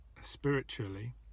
spiritually